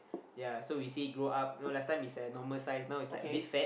ya so we say grow up you know last time is a normal size now is like a bit fat